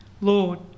Lord